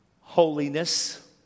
Holiness